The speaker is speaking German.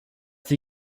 sie